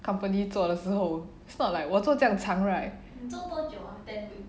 company 做的时候 is not like 我做这样长 right